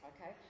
okay